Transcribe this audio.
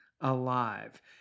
alive